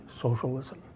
socialism